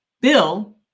bill